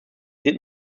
did